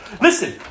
Listen